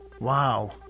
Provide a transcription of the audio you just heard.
Wow